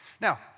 Now